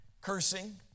cursing